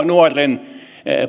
nuoren